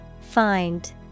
Find